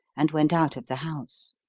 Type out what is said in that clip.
and went out of the house.